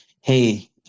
hey